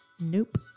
Nope